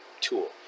tool